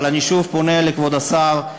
אבל אני שוב פונה לכבוד השר: